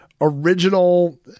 original